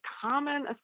common